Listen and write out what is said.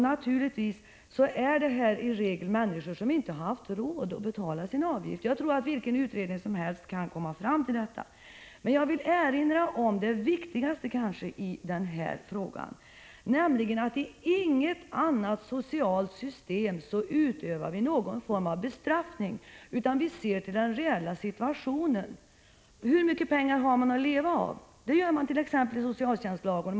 Naturligtvis är det i regel människor som inte har haft råd att betala en ATP-avgift. Jag tror att vilken utredning som helst kan komma fram till detta. Jag vill erinra om det kanske viktigaste i detta sammanhang: I inget annat socialt system utövar vi någon form av bestraffning. Vi ser till den reella situationen, hur mycket pengar personen har att leva på. Det sägs i t.ex. socialtjänstlagen att vi skall arbeta så.